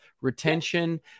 retention